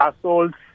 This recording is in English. assaults